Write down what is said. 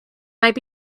might